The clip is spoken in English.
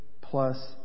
plus